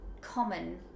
common